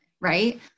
right